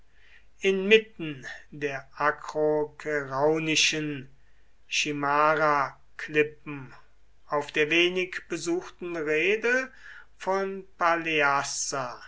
inmitten der akrokeraunischen chimara klippen auf der wenig besuchten reede von